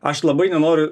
aš labai nenoriu